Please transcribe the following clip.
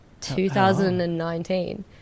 2019